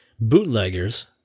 Bootleggers